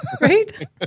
Right